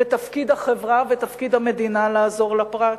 ותפקיד החברה ותפקיד המדינה לעזור לפרט.